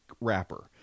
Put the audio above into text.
wrapper